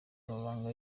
amabanga